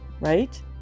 Right